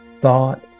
thought